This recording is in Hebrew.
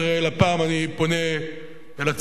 הפעם אני פונה אל הציבור.